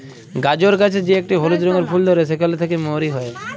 গাজর গাছের যে একটি হলুদ রঙের ফুল ধ্যরে সেখালে থেক্যে মরি হ্যয়ে